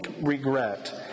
regret